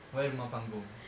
why rumah panggung